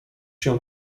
się